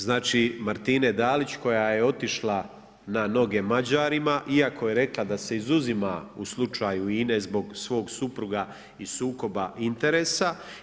Znači, Marine Dalić, koja je otišla na noge Mađarima, iako je rekla da se izuzima u slučaju INA-e zbog svog supruga i sukoba interesa.